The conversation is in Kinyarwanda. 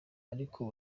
ariko